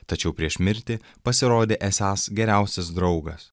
tačiau prieš mirtį pasirodė esąs geriausias draugas